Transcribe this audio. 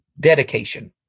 Dedication